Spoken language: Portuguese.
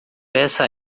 peça